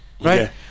right